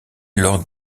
lors